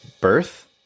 Birth